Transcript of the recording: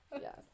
yes